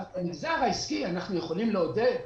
את המגזר העסקי אנחנו יכולים לעודד,